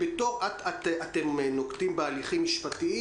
אתם נוקטים בהליכים משפטיים?